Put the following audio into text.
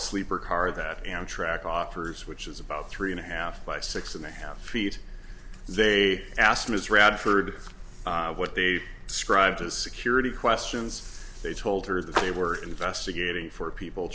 sleeper car that amtrak offers which is about three and a half by six and a half feet they asked ms radford what they described as security questions they told her that they were investigating for people